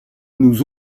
nous